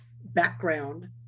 background